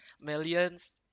millions